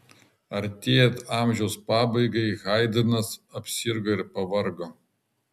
artėjant amžiaus pabaigai haidnas apsirgo ir pavargo